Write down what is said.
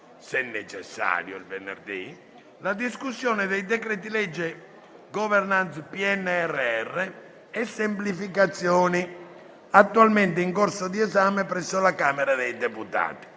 se necessario, la discussione dei decreti-legge *governance* PNRR e semplificazioni, attualmente in corso di esame presso la Camera dei reputati,